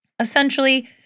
Essentially